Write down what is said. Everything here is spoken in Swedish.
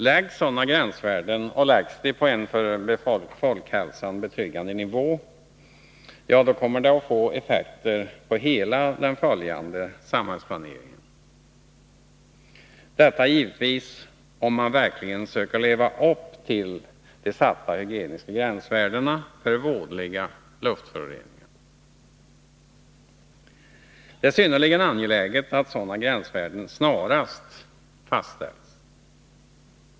Läggs sådana gränsvärden fast, och läggs de på en för folkhälsan betryggande nivå, då kommer det att få effekter på hela den följande samhällsplaneringen; detta givetvis om man verkligen söker leva upp till de satta hygieniska gränsvärdena för vådliga luftföroreningar. Det är synnerligen angeläget att sådana gränsvärden snarast fastställs.